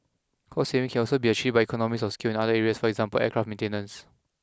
cost savings can also be achieved by economies of scale in other areas for example aircraft maintenance